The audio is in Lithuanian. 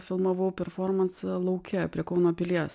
filmavau performansą lauke prie kauno pilies